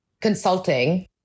consulting